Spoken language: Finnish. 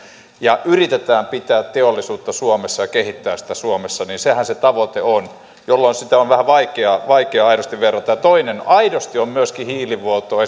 yritetään pitää teollisuutta suomessa ja kehittää sitä suomessa sehän se tavoite on jolloin sitä on vähän vaikea aidosti verrata toiseksi aidosti on myöskin hiilivuotoa